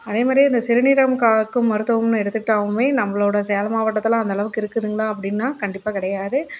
அதே மாதிரியே அந்த சிறுநீரகம் காக்கும் மருத்துவம்னு எடுத்துக்கிட்டாவும் நம்மளோட சேலம் மாவட்டத்தில் அந்த அளவுக்கு இருக்குதுங்களா அப்படினா கண்டிப்பாக கிடையாது